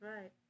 right